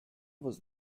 was